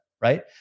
right